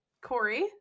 Corey